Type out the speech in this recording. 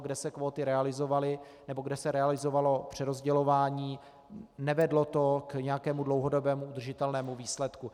Kde se kvóty realizovaly nebo kde se realizovalo přerozdělování, nevedlo to k nějakému dlouhodobě udržitelnému výsledku.